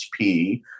HP